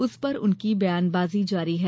उस पर उनकी बयानबाजी जारी है